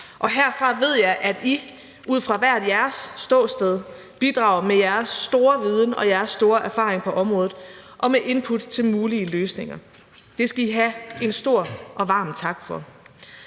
og herfra ved jeg, at I hver især ud fra jeres ståsted bidrager med jeres store viden og store erfaring på området og med input til mulige løsninger. Det skal I have en stor og varm tak for.